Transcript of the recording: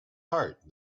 heart